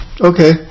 Okay